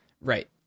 Right